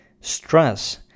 stress